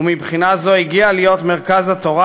ומבחינה זו הגיעה להיות מרכז התורה,